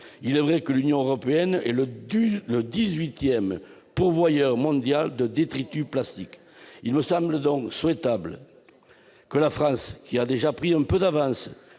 Il est vrai qu'elle est la dix-huitième pourvoyeuse mondiale de détritus plastiques. Il me semble donc souhaitable que la France, qui a déjà pris un peu avance